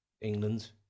England